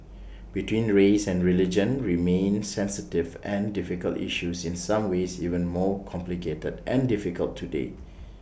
between race and religion remain sensitive and difficult issues in some ways even more complicated and difficult today